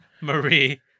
Marie